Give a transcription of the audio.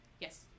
yes